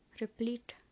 replete